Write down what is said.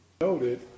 noted